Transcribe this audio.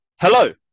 Hello